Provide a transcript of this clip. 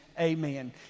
amen